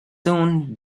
soon